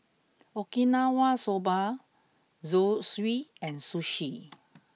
Okinawa soba Zosui and Sushi